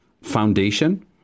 foundation